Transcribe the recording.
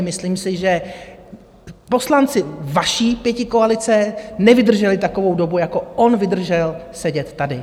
Myslím si, že poslanci vaší pětikoalice nevydrželi takovou dobu, jako on vydržel sedět tady.